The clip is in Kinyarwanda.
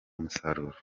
umusaruro